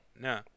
No